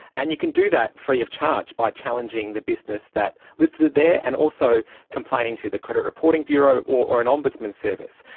and you can do that free of charge by challenging the business that listed it there, and also complaining to the credit reporting bureau or an ombudsman service.